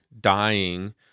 dying